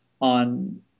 on